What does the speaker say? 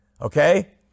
Okay